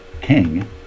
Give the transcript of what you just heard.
King